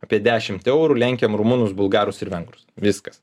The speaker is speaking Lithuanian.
apie dešimt eurų lenkėm rumunus bulgarus ir vengrus viskas